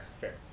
Fair